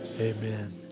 amen